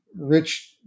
Rich